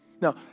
Now